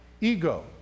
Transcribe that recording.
ego